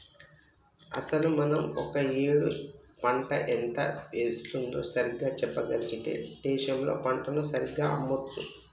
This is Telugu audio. అసలు మనం ఒక ఏడు పంట ఎంత వేస్తుందో సరిగ్గా చెప్పగలిగితే దేశంలో పంటను సరిగ్గా అమ్మొచ్చు